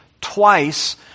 twice